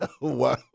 Wow